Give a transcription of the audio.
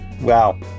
Wow